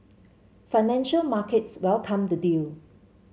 financial markets welcomed the deal